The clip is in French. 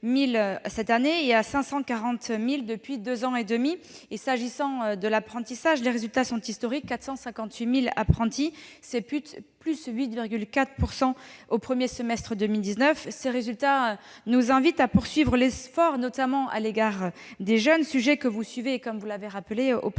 cette année et à 540 000 depuis deux ans et demi. S'agissant de l'apprentissage, les résultats sont historiques : 458 000 apprentis, soit 8,4 % de plus au premier semestre 2019. Ces résultats nous invitent à poursuivre l'effort, notamment à l'égard des jeunes, sujet que vous suivez attentivement au